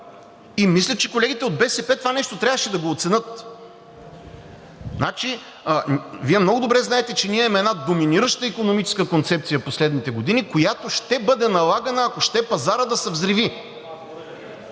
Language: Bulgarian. И мисля, че колегите от БСП това нещо трябваше да го оценят. Вие много добре знаете, че ние имаме една доминираща икономическа концепция в последните години, която ще бъде налагана, ако ще пазарът да се взриви,